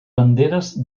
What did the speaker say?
banderes